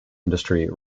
industry